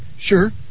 sure